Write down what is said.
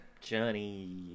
Johnny